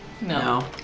No